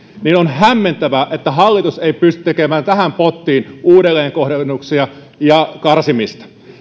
niin on hämmentävää että hallitus ei pysty tekemään tähän pottiin uudelleenkohdennuksia ja karsimista